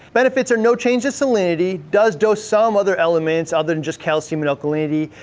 benefits are no change to salinity, does dose some other elements other than just calcium and alkalinity,